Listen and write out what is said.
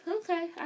okay